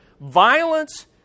Violence